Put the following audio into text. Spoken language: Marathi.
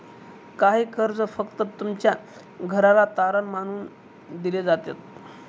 काही कर्ज फक्त तुमच्या घराला तारण मानून दिले जातात